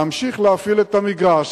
להמשיך להפעיל את המגרש.